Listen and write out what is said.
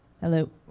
Hello